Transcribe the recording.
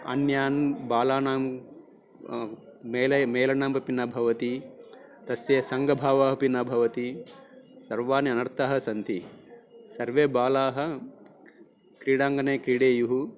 अण्यान् बालानां मेलनं मेलनमपि न भवति तस्य सङ्गभावः अपि न भवति सर्वाणि अनर्थानि सन्ति सर्वे बालाः क्रीडाङ्गणे क्रीडेयुः